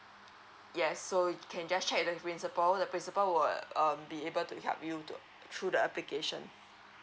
yes so can just check the principle the principle will um be able to help you to through the application